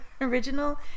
original